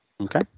Okay